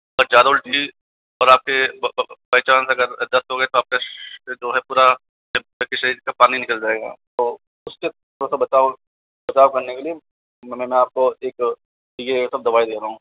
बस ज़्यादा उल्टी और आपके बाई चांस अगर दस्त हो गए तो आपका जो है पूरा शरीर का पानी निकल जाएगा तो उसके थोड़ा सा बचाव बचाव करने के लिए मैं आपको एक यह सब दवाई दे रहा हूँ